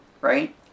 Right